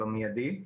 במיידי.